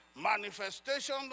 Manifestation